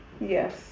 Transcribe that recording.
Yes